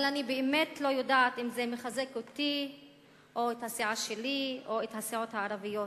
אבל אני באמת לא יודעת אם זה מחזק את הסיעה שלי או את הסיעות הערביות.